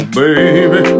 baby